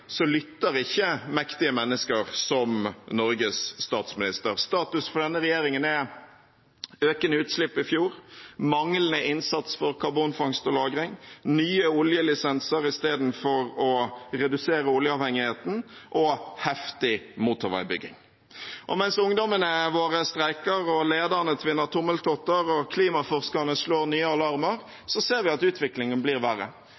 så lytter ikke mektige mennesker, som Norges statsminister. Status for denne regjeringen er økende utslipp i fjor, manglende innsats for karbonfangst og -lagring, nye oljelisenser i stedet for å redusere oljeavhengigheten og heftig motorveibygging. Mens ungdommene våre streiker, lederne tvinner tommeltotter og klimaforskerne slår nye alarmer, ser vi at utviklingen blir verre.